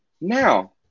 now